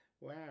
Wow